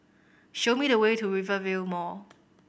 show me the way to Rivervale Mall